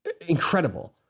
incredible